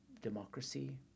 democracy